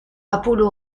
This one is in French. apollo